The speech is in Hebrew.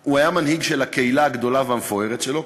הוא היה מנהיג של הקהילה הגדולה והמפוארת שלו,